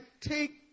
take